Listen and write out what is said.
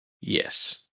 Yes